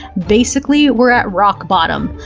basically, we're at rock bottom.